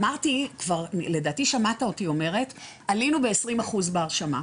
לדעתי שמעת אותי אומרת, עלינו ב-20% בהרשמה.